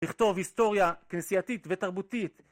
לכתוב היסטוריה כנסייתית ותרבותית